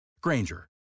Granger